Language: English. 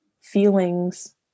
feelings